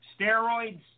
Steroids